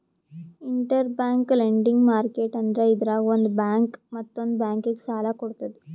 interbank lending market ಅಂದ್ರ ಇದ್ರಾಗ್ ಒಂದ್ ಬ್ಯಾಂಕ್ ಮತ್ತೊಂದ್ ಬ್ಯಾಂಕಿಗ್ ಸಾಲ ಕೊಡ್ತದ್